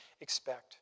expect